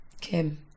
Kim